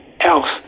else